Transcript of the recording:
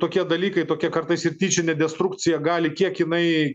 tokie dalykai tokie kartais ir tyčinė destrukcija gali kiek jinai